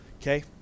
Okay